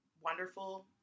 wonderful